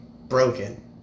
broken